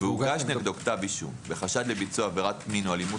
והוגש נגדו כתב אישום בחשד לביצוע עבירת מין או אלימות